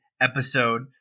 episode